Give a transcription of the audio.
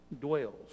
dwells